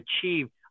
achieved